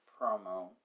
promo